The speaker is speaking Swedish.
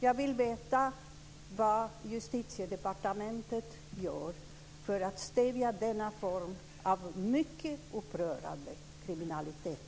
Jag vill veta vad Justitiedepartementet gör för att stävja denna form av mycket upprörande kriminalitet.